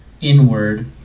inward